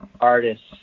artists